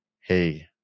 hey